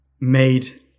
made